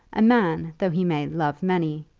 a man, though he may love many,